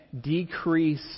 decrease